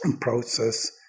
process